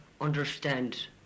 understand